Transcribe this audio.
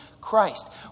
Christ